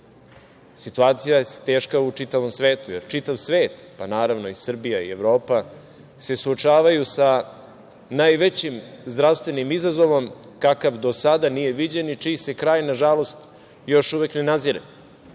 situacija je teška u čitavom svetu jer čitav svet, pa naravno i Srbija i Evropa se suočavaju sa najvećim zdravstvenim izazovom kakav do sada nije viđen i čiji se kraj nažalost još uvek ne nadzire. Mi